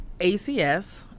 ACS